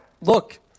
Look